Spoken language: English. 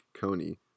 Coney